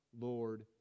Lord